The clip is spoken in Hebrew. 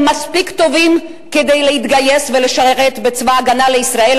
הם מספיק טובים כדי להתגייס ולשרת בצבא-הגנה לישראל,